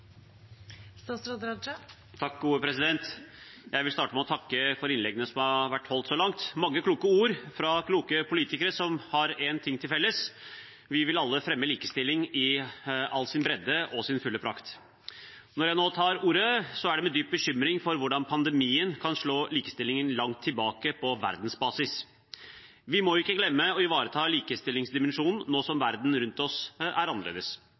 Jeg vil starte med å takke for innleggene som har vært holdt så langt. Det har vært mange kloke ord fra kloke politikere som har én ting til felles: Vi vil alle fremme likestilling i all sin bredde og sin fulle prakt. Når jeg nå tar ordet, er det med dyp bekymring for hvordan pandemien kan slå likestillingen langt tilbake på verdensbasis. Vi må ikke glemme å ivareta likestillingsdimensjonen nå som verden rundt oss er annerledes.